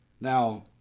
Now